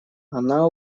она